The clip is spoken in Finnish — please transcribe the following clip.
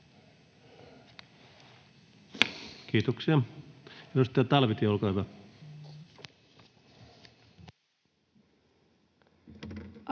Kiitoksia. — Edustaja Talvitie, olkaa hyvä.